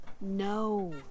No